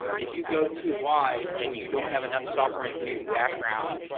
if you go too wide and you don't have enough software engineering background,